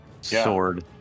sword